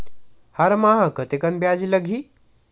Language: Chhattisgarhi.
हर माह कतेकन ब्याज लगही?